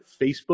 Facebook